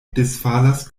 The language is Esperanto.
disfalas